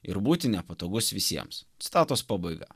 ir būti nepatogus visiems citatos pabaiga